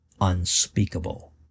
unspeakable